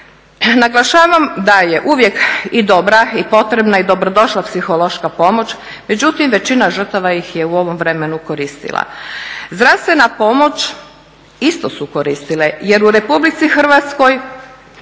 Naglašavam da je uvijek i dobra i potrebna i dobrodošla psihološka pomoć, međutim većina žrtava ih je u ovom vremenu koristila. Zdravstvena pomoć isto su koristile jer u RH po bilo kojem